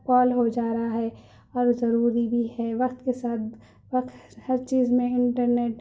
کال ہو جا رہا ہے اور ضروری بھی ہے وقت کے ساتھ وقت ہر چیز میں انٹرنیٹ